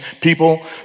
people